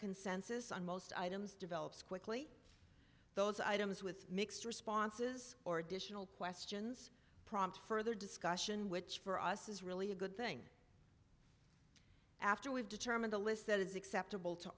consensus on most items develops quickly those items with mixed responses or additional questions prompt further discussion which for us is really a good thing after we've determined a list that is acceptable to